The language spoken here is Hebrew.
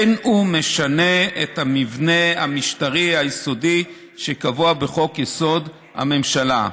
אין הוא משנה את המבנה המשטרי היסודי שקבוע בחוק-יסוד: הממשלה,